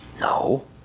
No